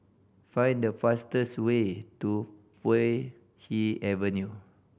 find the fastest way to Puay Hee Avenue